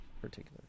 particular